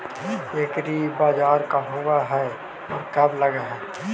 एग्रीबाजार का होब हइ और कब लग है?